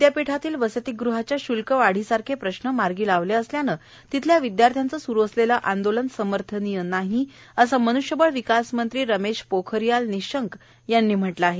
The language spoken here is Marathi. विदयापीठातल्या वसतिग्हाच्या शुल्कवाढीसारखे प्रश्न मार्गी लावले असल्यानं तिथल्या विद्यार्थ्यांचं स्रु असलेलं आंदोलन समर्थनीय नाही असं मन्ष्यबळ विकासमंत्री रमेश पोखरियाल निशंक यांनी म्हटलं आहे